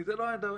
כי זה לא העניין.